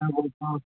है वह तो